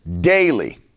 daily